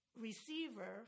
receiver